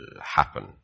happen